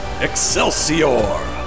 Excelsior